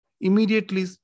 immediately